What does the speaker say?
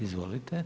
Izvolite.